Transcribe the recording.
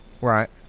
Right